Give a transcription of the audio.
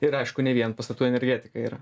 ir aišku ne vien pastatų energetika yra